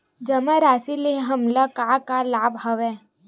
जमा राशि ले हमला का का लाभ हवय?